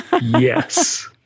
Yes